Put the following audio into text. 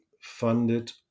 funded